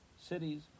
cities